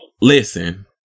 Listen